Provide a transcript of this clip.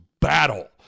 battle